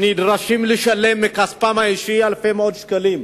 שנדרשים לשלם מכספם האישי אלפי שקלים.